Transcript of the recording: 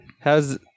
how's